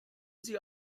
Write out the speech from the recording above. sie